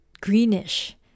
greenish